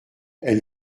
elle